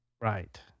Right